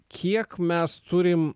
kiek mes turim